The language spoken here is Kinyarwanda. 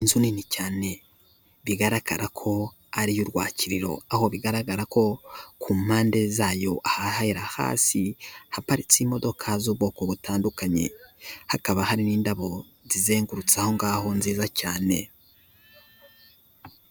Inzu nini cyane bigaragara ko ari iy'urwakiririro aho bigaragara ko ku mpande zayo ahahera, hasi haparitse imodoka z'ubwoko butandukanye, hakaba hari n'indabo zizengutsa aho ngaho nziza cyane.